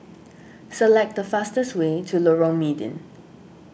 select the fastest way to Lorong Mydin